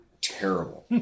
terrible